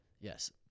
yes